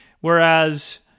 Whereas